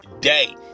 day